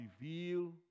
reveal